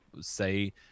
say